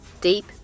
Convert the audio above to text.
deep